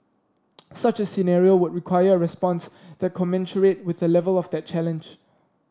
such a scenario would require a response that commensurate with the level of that challenge